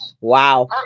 Wow